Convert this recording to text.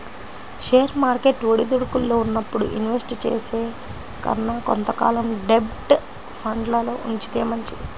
share market ఒడిదుడుకుల్లో ఉన్నప్పుడు invest చేసే కన్నా కొంత కాలం డెబ్ట్ ఫండ్లల్లో ఉంచితే మంచిది